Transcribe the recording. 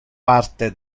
parte